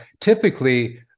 typically